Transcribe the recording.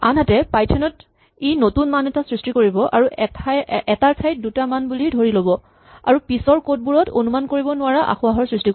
আনহাতে পাইথন ত ই নতুন মান এটা সৃষ্টি কৰিব আৰু এটাৰ ঠাইত দুটা মান বুলি ধৰি ল'ব আৰু পিছৰ কড বোৰত অনুমান কৰিব নোৱাৰা আসোঁৱাহৰ সৃষ্টি কৰিব